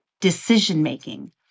decision-making